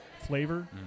flavor